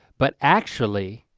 but actually,